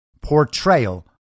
portrayal